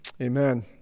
Amen